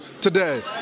today